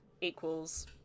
equals